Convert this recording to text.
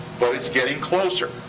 but it's getting closer.